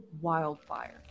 wildfire